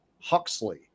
Huxley